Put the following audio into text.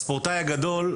הספורטאי הגדול,